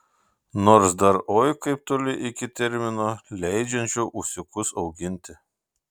nors dar oi kaip toli iki termino leidžiančio ūsiukus auginti